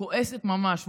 כועסת ממש,